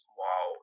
wow